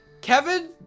Kevin